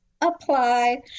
apply